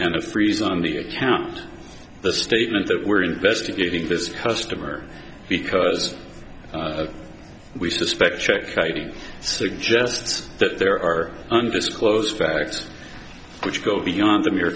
a freeze on the account the statement that we're investigating this customer because we suspect check writing suggests that there are undisclosed facts which go beyond the mere